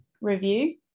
Review